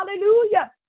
Hallelujah